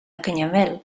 canyamel